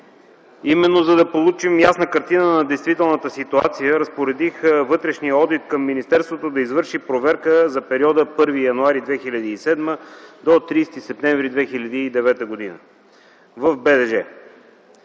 Именно, за да получим ясна картина на действителната ситуация, разпоредих Вътрешният одит към министерството да извърши проверка за периода 1 януари 2007 г. до 30 септември 2009 г. в БДЖ.